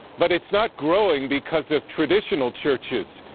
but it's not growing because of traditional churches.